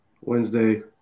Wednesday